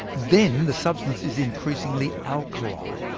then the substance is increasingly alkaline.